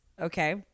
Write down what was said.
okay